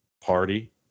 party